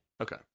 Okay